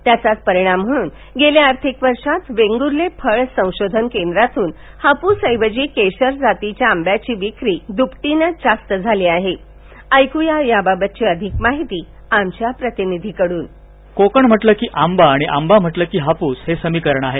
याचाच परिणाम म्हणून गेल्या आर्थिक वर्षात वेंगूर्ले फळ संशोधन केंद्रातून हापूस ऐवजी केशर जातीच्या आंब्याची विक्री द्पटीनं जास्त झाली आहे याबाबतची अधिक माहितीः कोकण म्हटल कि आंबा आणि आंबा म्हटल की हापूस हे समीकरण आहे